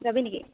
যাবি নেকি